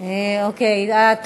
החוקה, חוק ומשפט נתקבלה.